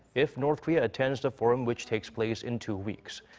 if north korea attends the forum which takes place in two weeks.